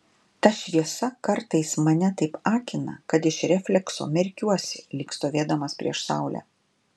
ta šviesa kartais mane taip akina kad iš reflekso merkiuosi lyg stovėdamas prieš saulę